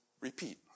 Repeat